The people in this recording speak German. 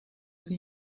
sie